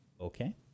okay